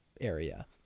area